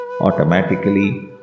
Automatically